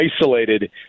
isolated